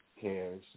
cares